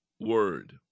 Word